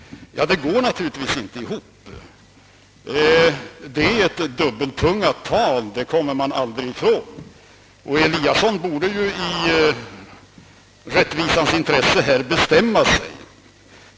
Ja, det går naturligtvis inte ihop. Det är ett dubbeltungat tal, det kommer man aldrig ifrån. Herr Eliasson borde i rättvisans intresse bestämma sig.